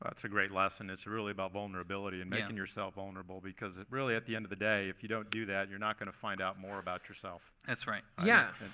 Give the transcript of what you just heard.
that's a great lesson. it's really about vulnerability and making yourself vulnerable because, really, at the end of the day, if you don't do that, you're not going to find out more about yourself. that's right. yeah.